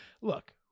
Look